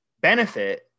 benefit